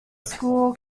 school